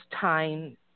time